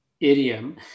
idiom